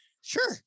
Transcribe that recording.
sure